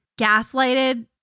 gaslighted